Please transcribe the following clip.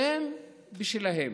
והם בשלהם.